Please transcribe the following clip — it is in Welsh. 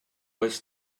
oes